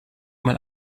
mal